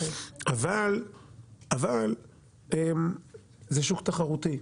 אבל זה שוק תחרותי.